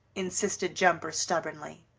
insisted jumper stubbornly.